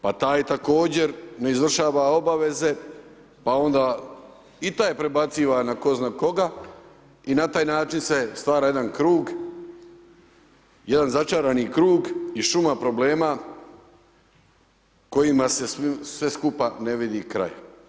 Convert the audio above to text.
Pa taj, također ne izvršava obaveze, pa onda i taj prebaciva na tko zna koga i na taj način se stvara jedan krug, jedan začarani krug i šuma problema kojima se sve skupa ne vidi kraj.